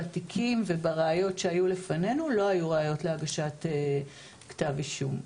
בתיקים ובראיות שהיו לפנינו לא היו ראיות להגשת כתב אישום.